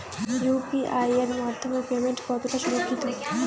UPI এর মাধ্যমে payment কতটা সুরক্ষিত?